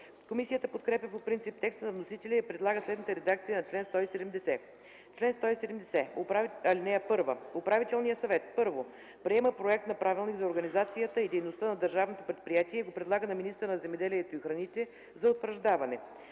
Комисията подкрепя по принцип текста на вносителя и предлага следната редакция на чл. 170: „Чл. 170. (1) Управителният съвет: 1. приема проект на правилник за организацията и дейността на държавното предприятие и го предлага на министъра на земеделието и храните за утвърждаване;